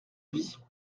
vie